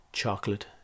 Chocolate